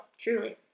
truly